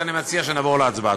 אז אני מציע שנעבור להצבעה.